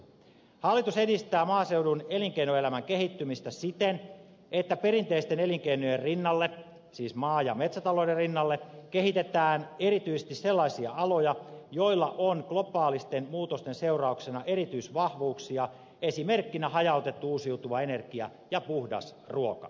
hallitus edistää maaseudun elinkeinoelämän kehittymistä siten että perinteisten elinkeinojen rinnalle siis maa ja metsätalouden rinnalle kehitetään erityisesti sellaisia aloja joilla on globaalisten muutosten seurauksena erityisvahvuuksia esimerkkinä hajautettu uusiutuva energia ja puhdas ruoka